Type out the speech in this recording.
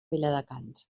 viladecans